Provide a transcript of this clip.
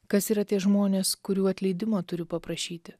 kas yra tie žmonės kurių atleidimo turiu paprašyti